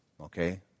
okay